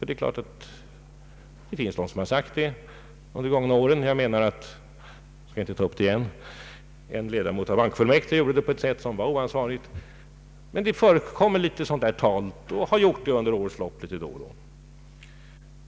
Det finns personer som har sagt så under de gångna åren. Jag skall inte ta upp det igen, men en ledamot av bankoutskottet agerade på ett sätt som var oansvarigt. Men sådant tal förekommer och har gjort det då och då under det senaste året.